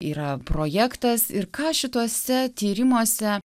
yra projektas ir ką šituose tyrimuose